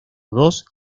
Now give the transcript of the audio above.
dos